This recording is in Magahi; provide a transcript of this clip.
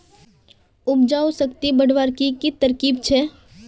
उपजाऊ शक्ति बढ़वार की की तरकीब छे?